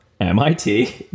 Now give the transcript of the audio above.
MIT